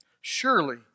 Surely